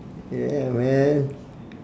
yeah man